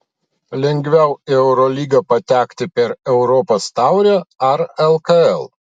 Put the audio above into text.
lengviau į eurolygą patekti per europos taurę ar lkl